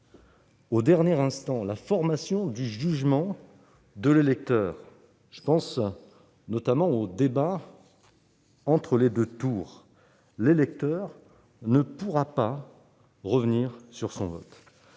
au dernier instant la formation du jugement de l'électeur- je pense notamment au débat entre les deux tours -, ce dernier ne pourra pas revenir sur son vote.